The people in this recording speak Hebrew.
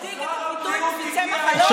אתה מצדיק את הביטוי "מפיצי מחלות",